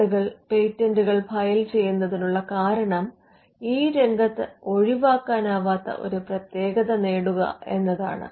ആളുകൾ പേറ്റന്റുകൾ ഫയൽ ചെയ്യുന്നതിനുള്ള കാരണം ഈ രംഗത്ത് ഒഴിവാക്കാനാവാത്ത ഒരു പ്രത്യേകത നേടുക എന്നതാണ്